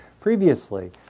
previously